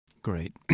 Great